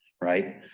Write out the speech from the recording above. right